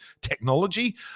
technology